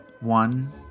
one